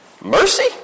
Mercy